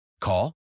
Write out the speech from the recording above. Call